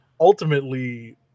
ultimately